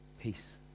peace